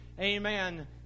amen